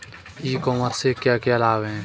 ई commerce से क्या क्या लाभ हैं?